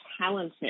talented